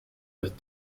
with